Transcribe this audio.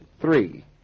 Three